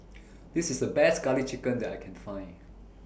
This IS A Best Garlic Chicken that I Can Find